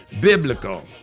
biblical